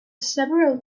several